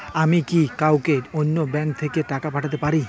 আমি কি কাউকে অন্য ব্যাংক থেকে টাকা পাঠাতে পারি?